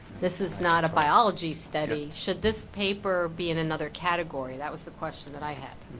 this is not a biology study, should this paper be in another category? that was the question that i had.